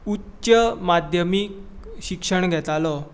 उच्च माध्यमीक शिक्षण घेतालो